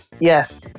Yes